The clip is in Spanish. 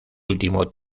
último